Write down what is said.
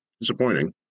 disappointing